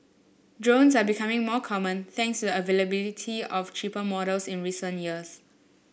drones are becoming more common thanks the availability of cheaper models in recent years